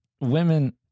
women